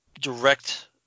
direct